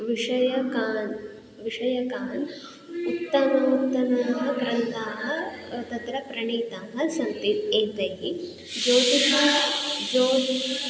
विषयकान् विषयकान् उत्तमोत्तमाः ग्रन्थाः तत्र प्रणीताः सन्ति एतैः ज्योतिषं ज्यो